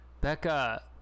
Becca